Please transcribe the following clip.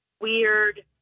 weird